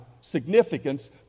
significance